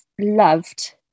loved